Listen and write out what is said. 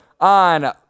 on